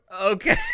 okay